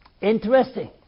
Interesting